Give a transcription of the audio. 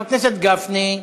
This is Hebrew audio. חבר הכנסת גפני,